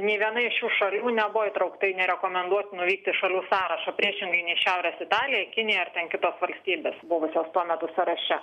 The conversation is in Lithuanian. nė viena iš šių šalių nebuvo įtraukta į nerekomenduotinų vykti šalių sąrašą priešingai nei šiaurės italija kinija ar ten kitos valstybės buvusios tuo metu sąraše